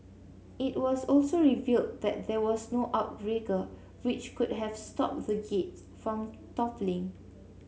it was also revealed that there was no outrigger which could have stopped the gate from toppling